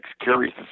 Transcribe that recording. carries